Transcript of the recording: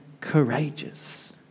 courageous